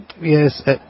Yes